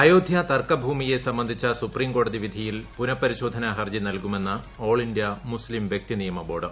അയോധ്യ തർക്ക ഭൂമിയെ സംബന്ധിച്ച സുപ്രീം കോടതി വിധിയിൽ പുനപരിശോധന ഹർജി നൽകുമെന്ന് ഓൾ ഇന്ത്യ മുസ്തീം വ്യക്തി നിയമ ബോർഡ്